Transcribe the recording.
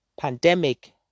pandemic